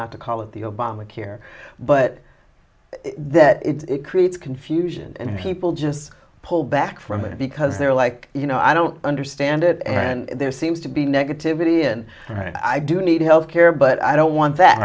not to call it the obamacare but that it creates confusion and people just pull back from it because they're like you know i don't understand it and there seems to be negativity and i do need health care but i don't want that